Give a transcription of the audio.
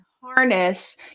harness